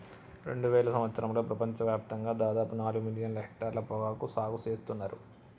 రెండువేల సంవత్సరంలో ప్రపంచ వ్యాప్తంగా దాదాపు నాలుగు మిలియన్ల హెక్టర్ల పొగాకు సాగు సేత్తున్నర్